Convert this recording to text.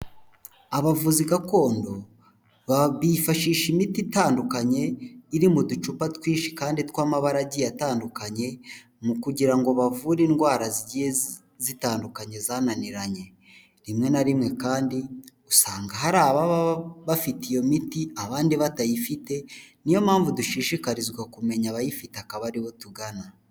Abavuzi gakondo, bifashisha imiti itandukanye, iri mu ducupa twinshi kandi tw'amabara agiye atandukanye, mu kugira ngo bavure indwara zigiye zitandukanye zananiranye, rimwe na rimwe kandi usanga hari ababa bafite iyo miti abandi batayifite, niyo mpamvu dushishikarizwa kumenya abayifite akaba aribo tugana.